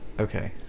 Okay